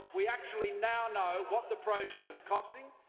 we actually now know what the project is costing,